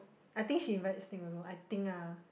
I think she invite Steve also I think ah